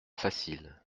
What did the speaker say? facile